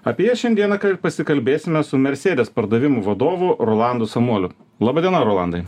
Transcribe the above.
apie jas šiandieną pasikalbėsime su mercedes pardavimų vadovu rolandu samuoliu laba diena rolandai